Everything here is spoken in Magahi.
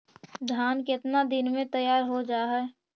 धान केतना दिन में तैयार हो जाय है?